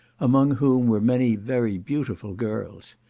among whom were many very beautiful girls.